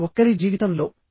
ప్రతి ఒక్కరి జీవితంలో